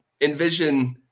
envision –